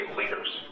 leaders